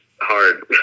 hard